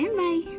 bye